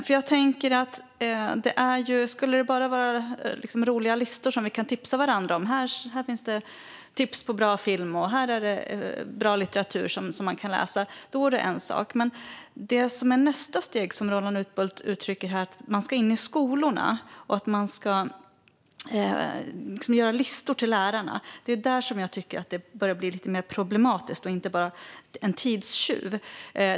Det vore en sak om det bara skulle handla om roliga listor som vi kunde tipsa varandra om och säga: Här finns tips på bra film, och här finns bra litteratur som man kan läsa! Men nästa steg, som Roland Utbult uttrycker här, är att man ska in i skolorna och att man ska göra listor till lärarna. Det är där jag tycker att det börjar bli lite mer problematiskt och inte bara en tidstjuv.